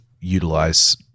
utilize